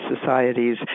societies